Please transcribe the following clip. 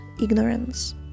ignorance